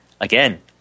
Again